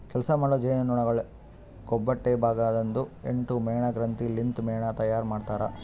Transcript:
ಕೆಲಸ ಮಾಡೋ ಜೇನುನೊಣಗೊಳ್ ಕೊಬ್ಬೊಟ್ಟೆ ಭಾಗ ದಾಂದು ಎಂಟು ಮೇಣ ಗ್ರಂಥಿ ಲಿಂತ್ ಮೇಣ ತೈಯಾರ್ ಮಾಡ್ತಾರ್